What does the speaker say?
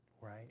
right